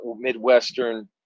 Midwestern